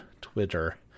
Twitter